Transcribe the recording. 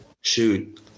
shoot